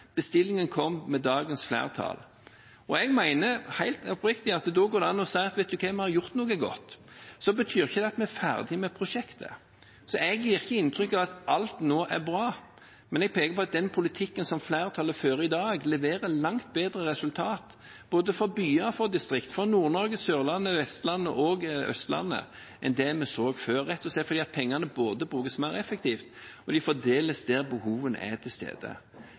Bestillingen kom med dagens flertall. Jeg mener helt oppriktig at da går det an å si: Vet du hva, vi har gjort noe godt. Så betyr ikke det at vi er ferdig med prosjektet. Jeg gir ikke inntrykk av at alt nå er bra, men jeg peker på at den politikken som flertallet fører i dag, leverer langt bedre resultat for både byer og distrikter – for Nord-Norge, Sørlandet, Vestlandet og Østlandet – enn det vi så før, rett og slett fordi pengene brukes mer effektivt og fordeles der behovet er.